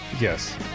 Yes